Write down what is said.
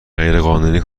غیرقانونی